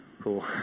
Cool